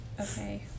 Okay